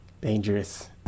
Dangerous